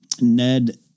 Ned